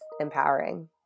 empowering